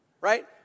Right